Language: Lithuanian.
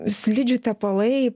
slidžių tepalai